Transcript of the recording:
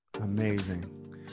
Amazing